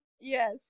Yes